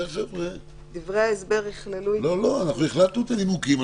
החלטנו את הנימוקים,